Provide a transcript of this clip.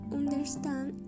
understand